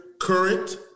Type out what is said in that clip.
current